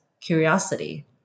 curiosity